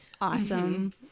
awesome